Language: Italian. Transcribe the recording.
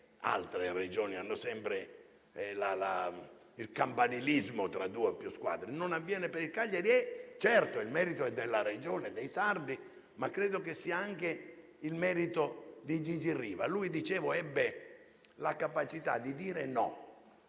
le Regioni vedono sempre il campanilismo tra due o più squadre, ma questo non avviene per il Cagliari. Certo, il merito è della Regione e dei sardi, ma credo che sia anche merito di Gigi Riva. Gigi Riva ebbe la capacità di dire no